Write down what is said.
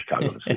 Chicago